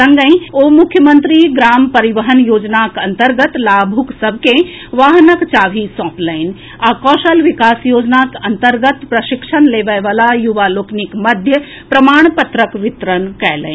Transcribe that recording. संगहि ओ मुख्यमंत्री ग्राम परिवहन योजना के अन्तर्गत लाभुक सभ के वाहनक चाभी सौंपलनि आ कौशल विकास योजनाक अन्तर्गत प्रशिक्षण लेबय वला युवा लोकनिक मध्य प्रमाण पत्रक वितरण कयलनि